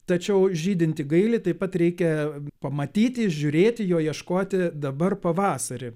tačiau žydintį gailį taip pat reikia pamatyti išžiūrėti jo ieškoti dabar pavasarį